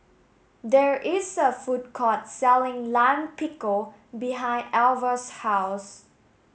there is a food court selling Lime Pickle behind Alvah's house